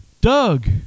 Doug